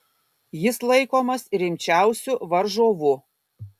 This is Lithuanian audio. jis laikomas rimčiausiu varžovu